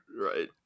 right